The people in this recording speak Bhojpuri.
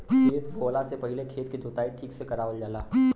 खेत बोवला से पहिले खेत के जोताई ठीक से करावल जाला